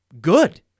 good